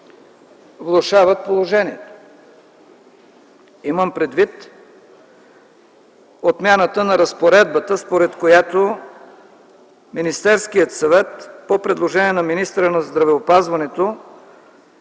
влошават положението. Имам предвид отмяната на разпоредбата, според която Министерският съвет по предложение на министъра на здравеопазването